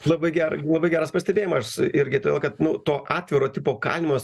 labai labai geras pastebėjimas irgi todėl kad nu to atviro tipo kalinimas